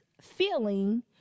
feeling